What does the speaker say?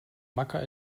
macker